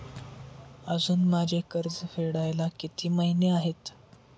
अजुन माझे कर्ज फेडायला किती महिने आहेत?